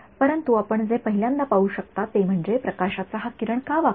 परंतु आपण जे पहिल्यांदा पाहू शकता ते म्हणजे प्रकाशाचा हा किरण का वाकला